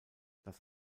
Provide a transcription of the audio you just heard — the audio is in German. das